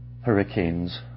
hurricanes